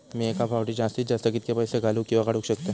मी एका फाउटी जास्तीत जास्त कितके पैसे घालूक किवा काडूक शकतय?